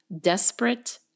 desperate